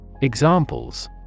Examples